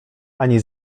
ani